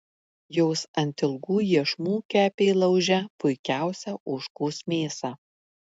jos ant ilgų iešmų kepė lauže puikiausią ožkos mėsą